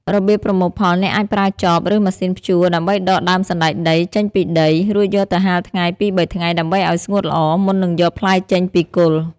របៀបប្រមូលផល អ្នកអាចប្រើចប ឬម៉ាស៊ីនភ្ជួរដើម្បីដកដើមសណ្ដែកដីចេញពីដី រួចយកទៅហាលថ្ងៃពីរបីថ្ងៃដើម្បីឱ្យស្ងួតល្អ មុននឹងយកផ្លែចេញពីគល់។